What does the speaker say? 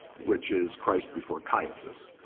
which is christ before caiaphas.